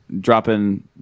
dropping